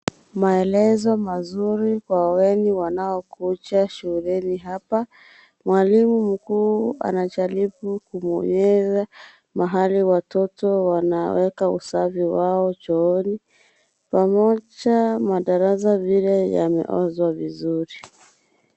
Maelezo mazuri kwa wageni wanaokuja shuleni hapa. Mwalimu mkuu, anajaribu kumwonyesha mahali watoto wanaweka usafi wao chooni, pamoja madarasa vile yameoshwa vizuri.